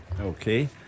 Okay